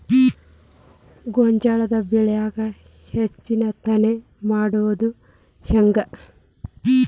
ಗೋಂಜಾಳ ಬೆಳ್ಯಾಗ ಹೆಚ್ಚತೆನೆ ಮಾಡುದ ಹೆಂಗ್?